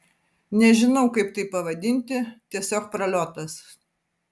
nežinau kaip tai pavadinti tiesiog praliotas